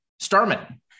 Starman